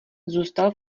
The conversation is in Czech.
zůstal